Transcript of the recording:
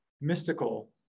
mystical